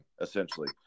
essentially